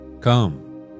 Come